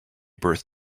birth